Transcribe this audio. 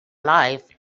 life